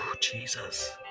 Jesus